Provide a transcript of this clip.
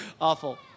Awful